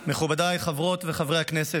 מכובדיי חברות וחברי הכנסת,